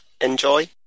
Enjoy